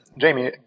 Jamie